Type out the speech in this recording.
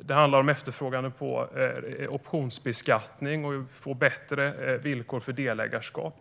Det handlar om att det efterfrågas en optionsbeskattning och bättre villkor för delägarskap.